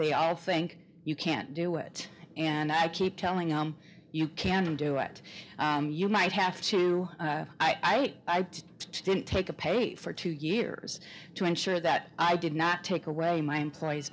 they are saying you can't do it and i keep telling him you can do it you might have to i didn't take a pay for two years to ensure that i did not take away my employees